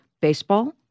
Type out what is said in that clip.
baseball